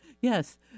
Yes